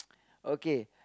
okay